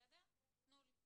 תנו לי.